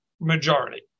majority